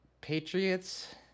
Patriots